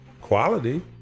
quality